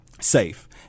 safe